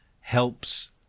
helps